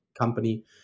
company